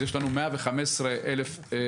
אז יש לנו 115,000 גמלאים,